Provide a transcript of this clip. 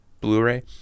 Blu-ray